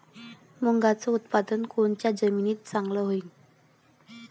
मुंगाचं उत्पादन कोनच्या जमीनीत चांगलं होईन?